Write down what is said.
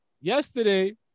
Yesterday